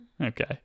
Okay